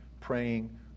praying